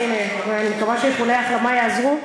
אז הנה, אני מקווה שאיחולי ההחלמה יעזרו,